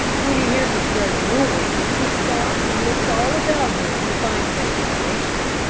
when he hears a sudden noise, he stops and looks all about him to find an explanation.